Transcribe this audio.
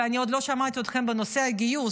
ואני עוד לא שמעתי אתכם בנושא הגיוס,